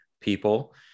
people